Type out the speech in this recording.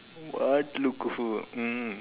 what look who mm